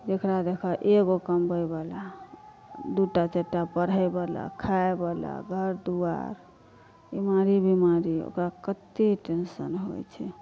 जेकरा देखहऽ एगो कमबै बला दूटा चारि टा पढ़ै बला खाय बला घर दुआर इमारी बिमारी ओकरा कते टेंशन होइत छै